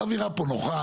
האווירה פה נוחה.